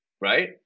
Right